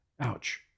Ouch